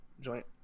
joint